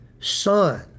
Son